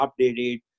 updated